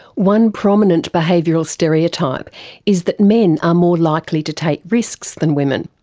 one prominent behavioural stereotype is that men are more likely to take risks than women,